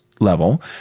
Level